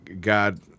God